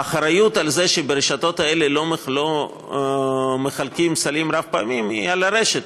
האחריות לכך שברשתות האלה לא מחלקים סלים רב-פעמיים היא על הרשת.